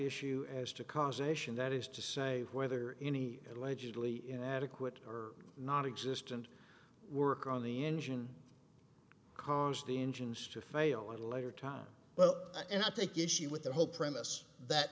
issue as to causation that is to say whether any allegedly inadequate or nonexistent work on the engine cars the engines to fail at a later time well and i take issue with the whole premise that